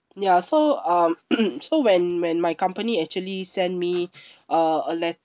ya so so um when when my company actually sent me uh a letter